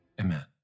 amen